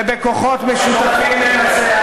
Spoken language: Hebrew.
ובכוחות משותפים ננצח,